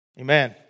amen